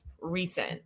recent